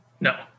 No